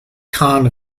khan